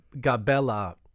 gabella